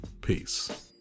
Peace